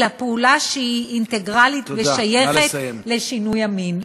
אלא פעולה שהיא אינטגרלית ושייכת לשינוי המין.